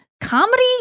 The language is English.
Comedy